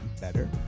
better